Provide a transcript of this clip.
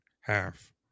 half